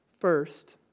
First